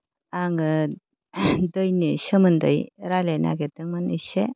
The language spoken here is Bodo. आङो दैनि सोमोन्दै रायलायनो नागिरदोंमोन एसे